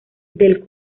del